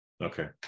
okay